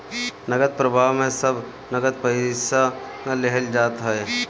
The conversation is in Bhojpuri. नगद प्रवाह में सब नगद पईसा लेहल जात हअ